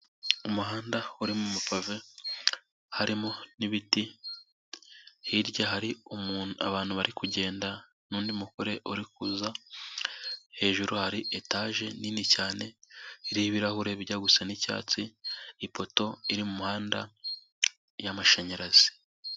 Umuhanda urimo amapave, harimo n'ibiti, hirya hari abantu bari kugenda n'undi mugore uri kuza, hejuru hari etaje nini cyane y'ibirahure bijya gusa n'icyatsi, ipoto iri mu muhanda y'amashanyarazi.